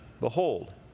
behold